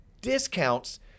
discounts